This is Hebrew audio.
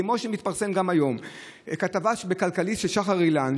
וכמו שמתפרסם היום בכתבה בכלכליסט של שחר אילן,